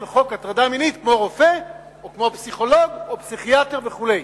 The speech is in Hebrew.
חוק הטרדה מינית כמו רופא או כמו פסיכולוג או פסיכיאטר וכו'.